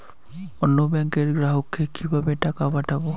অন্য ব্যাংকের গ্রাহককে কিভাবে টাকা পাঠাবো?